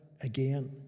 again